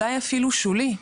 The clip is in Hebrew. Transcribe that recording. אולי אפילו שולי,